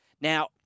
Now